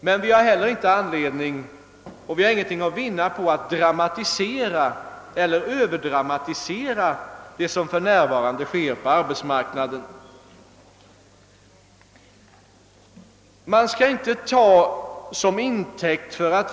Men vi har därför inte anledning att överdramatisera det som för närvarande sker på arbetsmarknaden, och vi har inte heller något att vinna på att göra det.